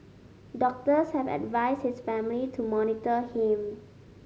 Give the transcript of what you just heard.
doctors have advised his family to monitor him